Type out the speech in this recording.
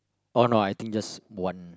oh no I think just one